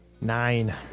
Nine